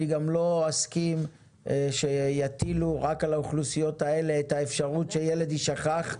אני גם לא אסכים שיטילו רק על האוכלוסיות האלה שילד יישכח.